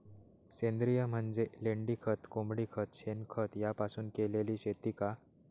सेंद्रिय म्हणजे लेंडीखत, कोंबडीखत, शेणखत यापासून केलेली शेती का?